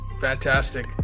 fantastic